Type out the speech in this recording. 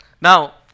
Now